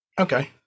Okay